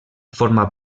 forma